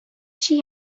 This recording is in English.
she